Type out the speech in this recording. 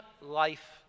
life